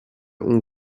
hong